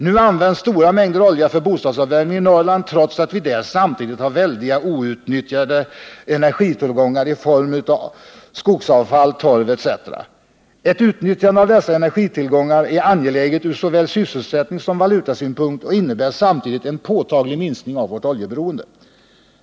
Nu används stora mängder olja för bostadsuppvärmning i Norrland trots att vi där samtidigt har väldiga outnyttjade energitillgångar i form av skogsavfall, torv etc. Ett utnyttjande av dessa energitillgångar är angeläget ur såväl sysselsättningssom valutasynpunkt och innebär samtidigt en påtaglig minskning av vårt oljeberoende.